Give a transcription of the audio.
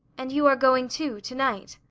and you are going, too, to-night?